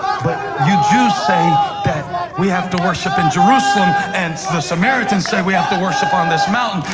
but you jews say that we have to worship in jerusalem and the samaritans say we have to worship on this mountain.